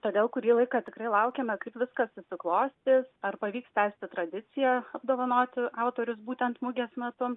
todėl kurį laiką tikrai laukėme kaip viskas susiklostys ar pavyks tęsti tradiciją apdovanoti autorius būtent mugės metu